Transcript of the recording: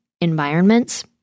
environments